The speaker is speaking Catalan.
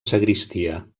sagristia